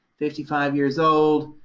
fifty five years old.